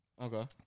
Okay